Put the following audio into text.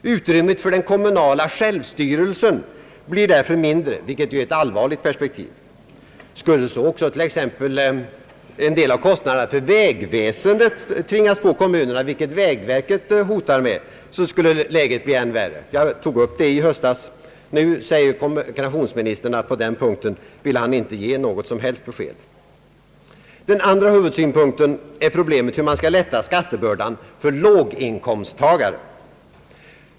Utrymmet för den kommunala självstyrelsen blir därför mindre, vilket är ett allvarligt perspektiv. Skulle så också t.ex. en del av kostnaderna för vägväsendet tvingas på kommunerna, vilket vägverket hotar med, skulle läget bli än värre. Jag påpekade det i höstas. Nu säger kommunikationsministern att han på denna punkt inte vill ge något som helst besked. Den andra huvudsynpunkten är problemet hur man skall lätta skattebördan för låginkomsttagarna.